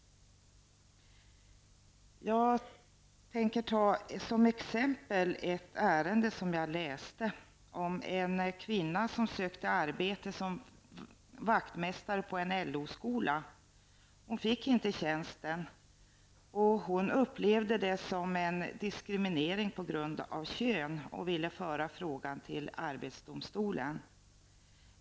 Jag vill ta ett exempel med ett ärende som jag har läst om. Det gäller en kvinna som sökte arbete som vaktmästare på en LO-skola. Hon fick inte tjänsten. Hon upplevde det som en diskriminering på grund av kön och ville föra frågan till arbetsdomstolen.